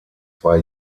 zwei